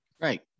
Right